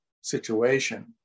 situation